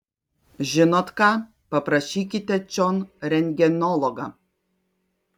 žinot ką paprašykite čion rentgenologą